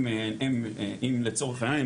אם לצורך העניין,